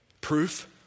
Proof